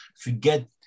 Forget